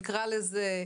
נקרא לזה,